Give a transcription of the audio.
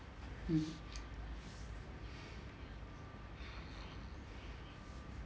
mm